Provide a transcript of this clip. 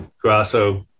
Grasso